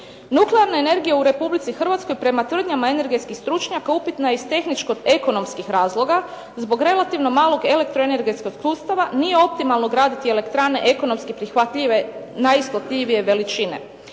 Nuklearna energija u Republici Hrvatskoj prema tvrdnjama energetskih stručnjaka upitna je iz tehničko-ekonomskih razloga. Zbog relativno malog elektroenergetskog sustava nije optimalno graditi elektrane ekonomski prihvatljive najisplativije veličine.